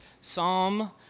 Psalm